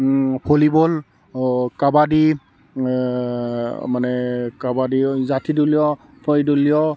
volleyball kabaddi মানে কাবাডিও যাঠি দলিওৱা সেই দলিওৱা